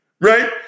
Right